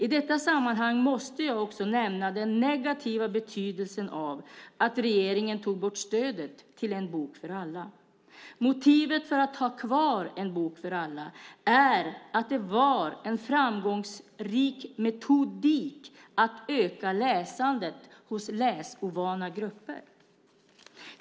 I detta sammanhang måste jag också nämna den negativa betydelsen av att regeringen tog bort stödet till En bok för alla. Motivet för att ha kvar En bok för alla är att det var en framgångsrik metod att öka läsandet hos läsovana grupper.